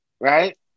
right